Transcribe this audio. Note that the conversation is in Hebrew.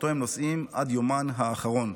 שאותו הן נושאות עד יומן האחרון,